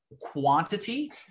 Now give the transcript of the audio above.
quantity